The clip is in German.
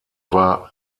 war